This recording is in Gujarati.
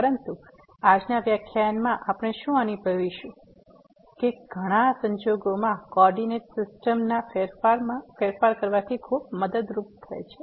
પરંતુ આજના વ્યાખ્યાનમાં આપણે શું અનુભવીશું કે ઘણા સંજોગોમાં કોઓર્ડીનેટ સીસ્ટમ નો આ ફેરફાર ખૂબ મદદરૂપ છે